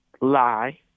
lie